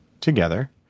together